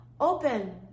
open